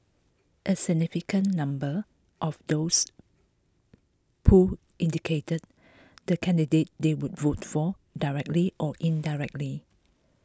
a significant number of those polled indicated the candidate they would vote for directly or indirectly